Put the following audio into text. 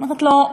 היא אומרת לו: